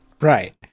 Right